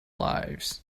lives